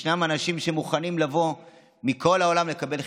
ישנם אנשים שמוכנים לבוא מכל העולם לקבל חיסונים.